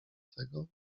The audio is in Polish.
tego